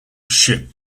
ship